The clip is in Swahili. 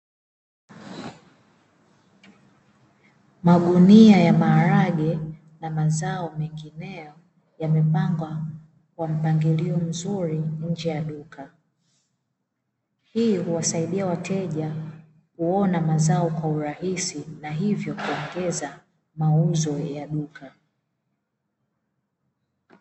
Magunia ya maharage na mazao mengineyo yamepangwa kwa mpangilio mzuri nje ya duka. Hii huwasaidia wateja kuona mazao kwa urahisi na hivyo kuongeza mauzo ya duka.